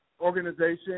organization